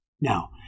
Now